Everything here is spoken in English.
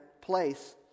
place